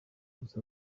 gusa